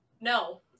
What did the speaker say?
no